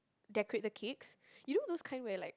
decorate the cakes you know those kind where like